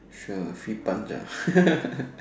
sure free punch ah